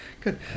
good